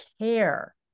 care